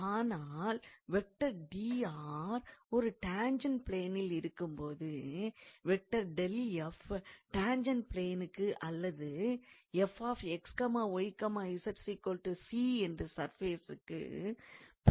ஆனால்ஒரு tangent பிளேனில் இருக்கும் போது டான்ஜெண்ட் பிளேனுக்கு அல்லது என்ற சர்பேசுக்கு பெர்பெண்டிக்குலராக இருக்கும்